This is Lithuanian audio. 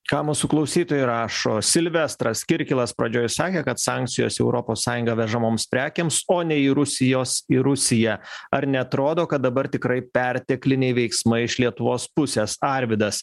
ką mūsų klausytojai rašo silvestras kirkilas pradžioj sakė kad sankcijos europos sąjungą vežamoms prekėms o ne į rusijos į rusiją ar neatrodo kad dabar tikrai pertekliniai veiksmai iš lietuvos pusės arvydas